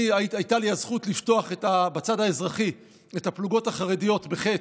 הייתה לי הזכות לפתוח בצד האזרחי את הפלוגות החרדיות ח"ץ,